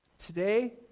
Today